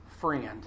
friend